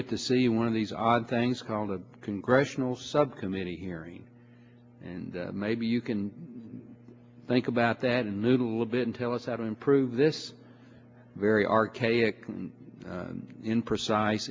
get to see one of these odd things called a congressional subcommittee hearing and maybe you can think about that a little bit and tell us how to improve this very archaic and imprecise